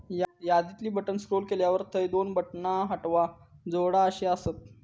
यादीतली button scroll केल्यावर थंय दोन बटणा हटवा, जोडा अशी आसत